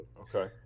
Okay